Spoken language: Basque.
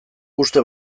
uste